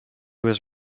was